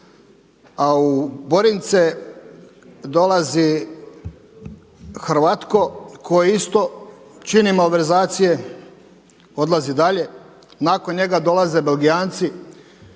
A u Borince dolazi Hrvatko koji isto čini malverzacije, odlazi dalje. Nakon njega dolaze Belgijanci,